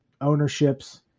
ownerships